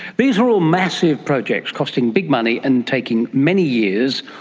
these are all massive projects costing big money and taking many years,